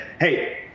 Hey